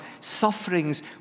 sufferings